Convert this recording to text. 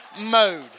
mode